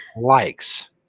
Likes